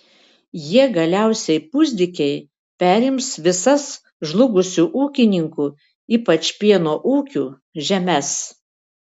jie galiausiai pusdykiai perims visas žlugusių ūkininkų ypač pieno ūkių žemes